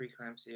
preeclampsia